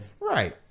Right